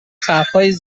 طرحهای